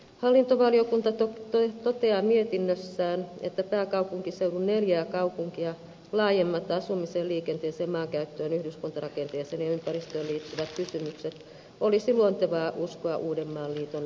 hallintovaliokunta toteaa mietinnössään että pääkaupunkiseudun neljää kaupunkia laajemmat asumiseen liikenteeseen maankäyttöön yhdyskuntarakenteeseen ja ympäristöön liittyvät kysymykset olisi luontevaa uskoa uudenmaan liiton ratkaistavaksi